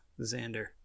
Xander